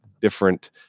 different